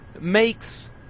makes